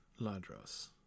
Ladros